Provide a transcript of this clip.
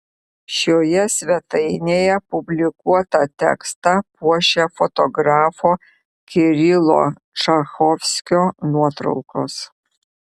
šioje svetainėje publikuotą tekstą puošia fotografo kirilo čachovskio nuotraukos